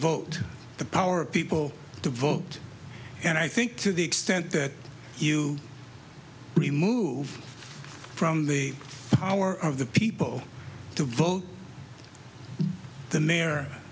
vote the power of people to vote and i think to the extent that you remove from the power of the people to vote the mayor